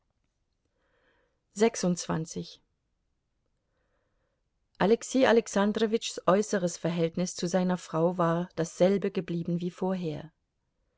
alexei alexandrowitschs äußeres verhältnis zu seiner frau war dasselbe geblieben wie vorher